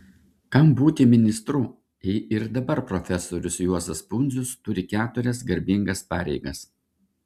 kam būti ministru jei ir dabar profesorius juozas pundzius turi keturias garbingas pareigas